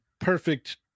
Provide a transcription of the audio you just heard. perfect